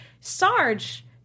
Sarge